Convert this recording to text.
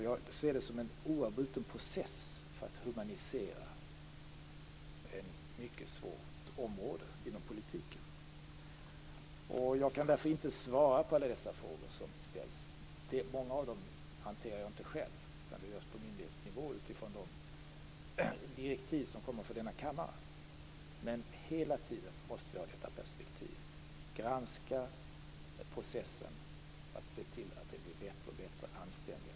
Jag ser det som en oavbruten process för att humanisera ett mycket svårt område inom politiken. Därför kan jag inte svara på alla dessa frågor som ställs. Många av dem hanterar jag inte själv utan det sker på myndighetsnivå utifrån de direktiv som kommer från denna kammare. Vi måste hela tiden ha perspektivet att granska processen och se till att det blir bättre och bättre.